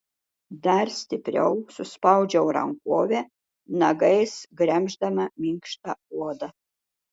dar stipriau suspaudžiau rankovę nagais gremždama minkštą odą